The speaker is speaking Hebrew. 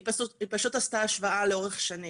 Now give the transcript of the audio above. היא פשוט עשתה השוואה לאורך שנים.